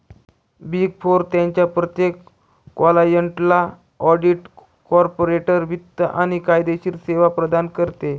big four त्यांच्या प्रत्येक क्लायंटला ऑडिट, कॉर्पोरेट वित्त आणि कायदेशीर सेवा प्रदान करते